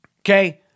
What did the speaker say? Okay